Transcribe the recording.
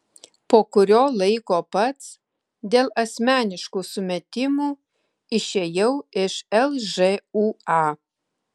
po kurio laiko pats dėl asmeniškų sumetimų išėjau iš lžūa